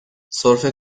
سرفه